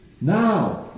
Now